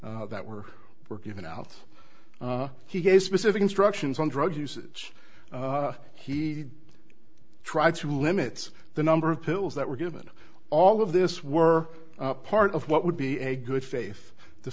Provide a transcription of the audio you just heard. that were were given out he gave specific instructions on drug usage he try to limit the number of pills that were given all of this were part of what would be a good faith the